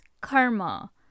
karma